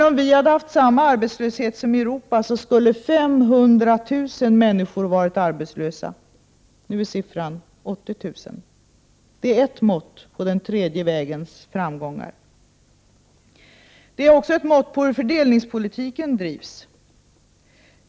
Om vi hade haft samma arbetslöshet som i Europa, skulle 500 000 människor ha varit arbetslösa — nu är siffran 80 000. Det är eft mått på den tredje vägens framgångar. Det är också ett mått på hur fördelningspolitiken drivs.